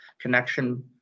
connection